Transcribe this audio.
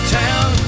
town